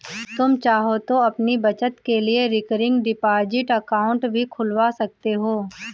तुम चाहो तो अपनी बचत के लिए रिकरिंग डिपॉजिट अकाउंट भी खुलवा सकते हो